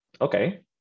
okay